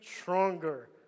stronger